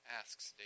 asks